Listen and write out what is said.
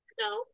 No